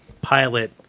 Pilot